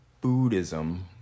Buddhism